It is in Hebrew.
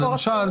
למשל,